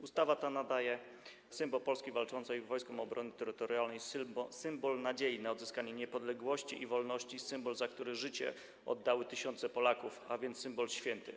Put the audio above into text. Ustawa ta nadaje symbol Polski Walczącej Wojskom Obrony Terytorialnej, symbol nadziei na odzyskanie niepodległości i wolności, symbol, za który życie oddały tysiące Polaków, a więc symbol święty.